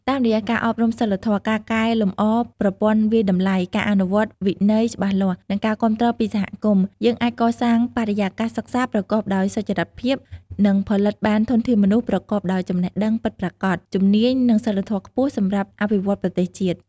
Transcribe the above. តាមរយៈការអប់រំសីលធម៌ ការកែលម្អប្រព័ន្ធវាយតម្លៃ ការអនុវត្តវិន័យច្បាស់លាស់ និងការគាំទ្រពីសហគមន៍ យើងអាចកសាងបរិយាកាសសិក្សាប្រកបដោយសុចរិតភាព និងផលិតបានធនធានមនុស្សប្រកបដោយចំណេះដឹងពិតប្រាកដ ជំនាញ និងសីលធម៌ខ្ពស់សម្រាប់អភិវឌ្ឍប្រទេសជាតិ។